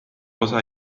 osa